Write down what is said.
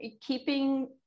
keeping